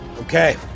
Okay